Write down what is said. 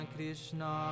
Krishna